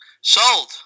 Sold